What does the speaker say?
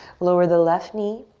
lower the left knee.